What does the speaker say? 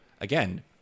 again